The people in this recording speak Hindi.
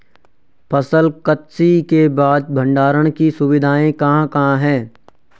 फसल कत्सी के बाद भंडारण की सुविधाएं कहाँ कहाँ हैं?